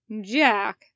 Jack